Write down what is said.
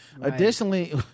Additionally